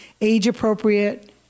age-appropriate